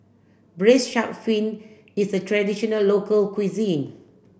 braised shark fin is a traditional local cuisine